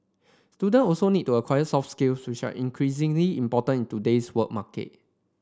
student also need to acquire soft skills which are increasingly important in today's work market